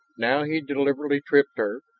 now he deliberately tripped her,